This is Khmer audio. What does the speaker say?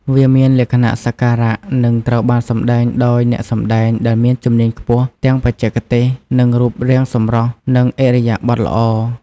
វាមានលក្ខណៈសក្ការៈ និងត្រូវបានសម្តែងដោយអ្នកសម្តែងដែលមានជំនាញខ្ពស់ ទាំងបច្ចេកទេស និងរូបរាងសម្រស់ និងឥរិយាបថល្អ។